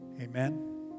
Amen